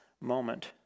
moment